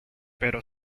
pero